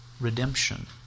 redemption